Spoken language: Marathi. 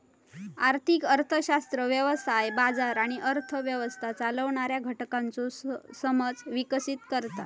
आर्थिक अर्थशास्त्र व्यवसाय, बाजार आणि अर्थ व्यवस्था चालवणाऱ्या घटकांचो समज विकसीत करता